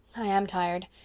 i am tired,